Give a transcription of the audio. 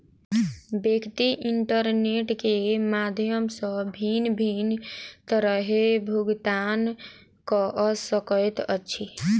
व्यक्ति इंटरनेट के माध्यम सॅ भिन्न भिन्न तरहेँ भुगतान कअ सकैत अछि